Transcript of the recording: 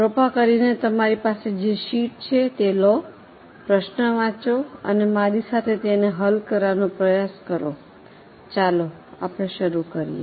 કૃપા કરીને તમારી પાસે જે શીટ છે તે લો પ્રશ્ન વાંચો અને મારી સાથે તેને હલ કરવાનો પ્રયાસ કરો ચાલો આપણે શરૂ કરીએ